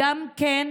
כמו כן,